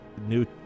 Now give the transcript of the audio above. new